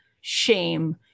shame